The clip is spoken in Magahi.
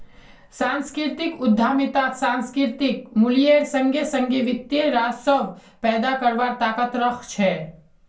सांस्कृतिक उद्यमितात सांस्कृतिक मूल्येर संगे संगे वित्तीय राजस्व पैदा करवार ताकत रख छे